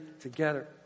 together